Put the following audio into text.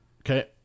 Okay